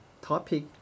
topic